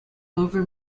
over